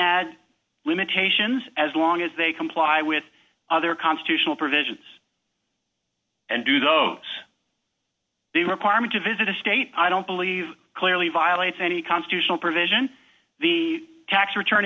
add limitations as long as they comply with their constitutional provisions and do those the requirement to visit a state i don't believe clearly violates any constitutional provision the tax return